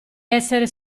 essere